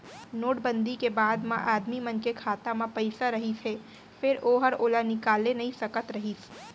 note बंदी के बाद म आदमी मन के खाता म पइसा रहिस हे फेर ओहर ओला निकाले नइ सकत रहिस